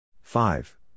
Five